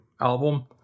album